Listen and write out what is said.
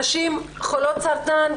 נשים חולות סרטן,